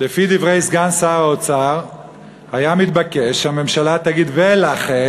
לפי דברי סגן שר האוצר היה מתבקש שהממשלה תגיד: ולכן,